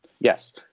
Yes